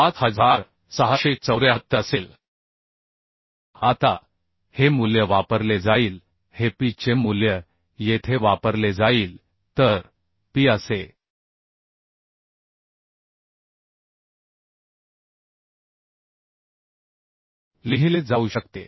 5674असेल आता हे मूल्य वापरले जाईल हे pi चे मूल्य येथे वापरले जाईल तर pi असे लिहिले जाऊ शकते